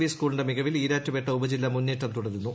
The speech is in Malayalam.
വി സ്കൂളിന്റെ മികവിൽ ഈരാറ്റുപേട്ട ഉപജില്ല മുന്നേറ്റം തുടരുന്നു